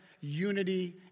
unity